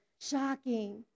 Shocking